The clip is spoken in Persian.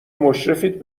مشرفید